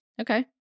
Okay